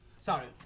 Sorry